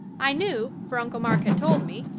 i knew, for uncle mark had told me,